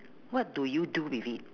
what do you do with it